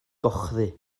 gochddu